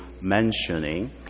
mentioning